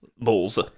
Balls